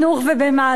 ובמה לא.